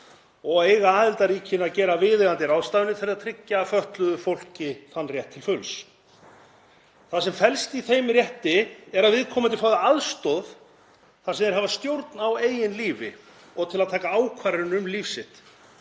og eiga aðildarríkin að gera viðeigandi ráðstafanir til að tryggja fötluðu fólki þann rétt til fulls. Það sem felst í þeim rétti er að viðkomandi fái aðstoð þar sem þeir hafa stjórn á eigin lífi og til að taka ákvarðanir um líf sitt.